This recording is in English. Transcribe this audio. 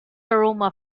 aroma